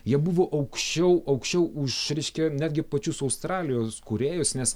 jie buvo aukščiau aukščiau už reiškia netgi pačius australijos kūrėjus nes